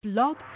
Blog